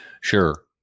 sure